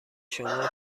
شما